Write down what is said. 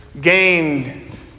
gained